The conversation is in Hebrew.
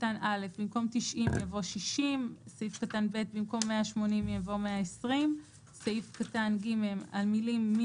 (א)במקום "90" יבוא "60"; (ב)במקום "180" יבוא "120"; (ג)המילים "מן